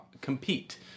compete